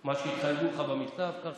מה שהצגנו לך במכתב, כך